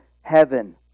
heaven